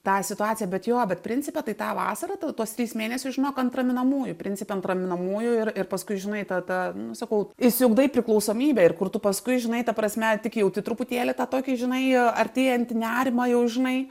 tą situaciją bet jo bet principe tai tą vasarą ta tuos tris mėnesius žinok ant raminamųjų principe ant raminamųjų ir ir paskui žinai tą tą nu sakau išsiugdai priklausomybę ir kur tu paskui žinai ta prasme tik jauti truputėlį tą tokį žinai artėjantį nerimą jau žinai